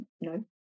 No